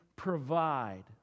provide